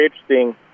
interesting